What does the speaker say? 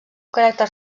caràcter